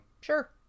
Sure